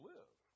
live